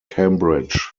cambridge